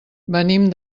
venim